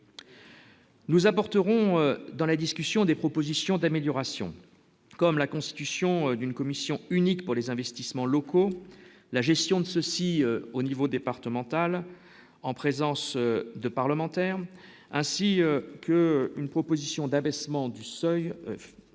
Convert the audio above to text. Nous apporterons dans la discussion des propositions d'amélioration comme la constitution d'une commission unique pour les investissements locaux, la gestion de ceux-ci au niveau départemental, en présence de parlementaires ainsi que une proposition d'abaissement du seuil de